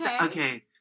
okay